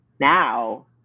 now